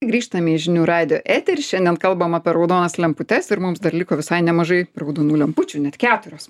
grįžtam į žinių radijo eterį šiandien kalbam apie raudonas lemputes ir mums dar liko visai nemažai raudonų lempučių net keturios